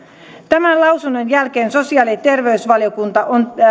tämän lausunnon jälkeen sosiaali ja terveysvaliokunta on